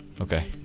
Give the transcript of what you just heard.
Okay